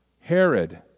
Herod